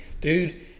Dude